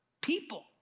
people